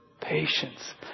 Patience